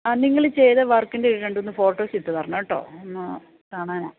ആ നിങ്ങൾ ചെയ്ത വർക്കിൻ്റെ ഒരു രണ്ട് മൂന്ന് ഫോട്ടോസ് ഇട്ടു തരണ ം കേട്ടോ ഒന്ന് കാണാനാണ്